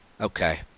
Okay